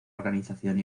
organización